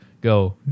go